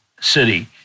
city